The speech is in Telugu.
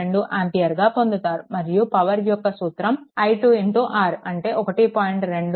2 ఆంపియర్ గా పొందుతారు మరియు పవర్ యొక్క సూత్రం i2 r అంటే 1